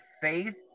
faith